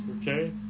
okay